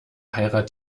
heirat